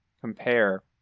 compare